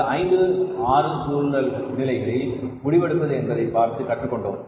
இந்த 5 6 சூழ்நிலைகளில் முடிவெடுப்பது என்பதை பார்த்து கற்றுக்கொண்டோம்